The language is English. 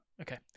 okay